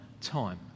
time